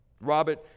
Robert